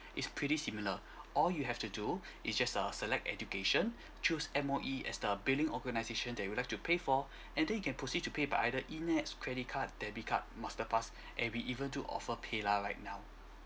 is pretty similar all you have to do is just uh select education choose M_O_E as the billing organisation that you'd like to pay for and then you can proceed to pay by either e nets credit card debit card masterpass and we even do offer paylah right now